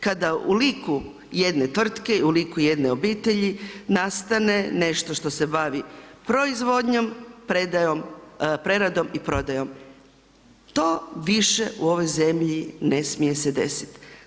Kada u liku jedne tvrtke i u liku jedne obitelji nastane nešto što se bavi proizvodnjom, preradom i prodajom, to više u ovoj zemlji ne smije se desiti.